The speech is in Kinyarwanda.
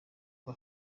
rwa